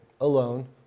alone